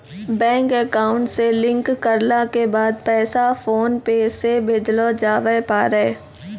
bank account से link करला के बाद पैसा फोनपे से भेजलो जावै पारै